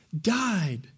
died